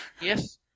Yes